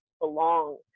belong